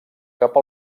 cap